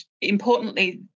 importantly